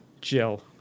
Jill